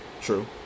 True